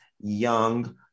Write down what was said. young